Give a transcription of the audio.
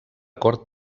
cort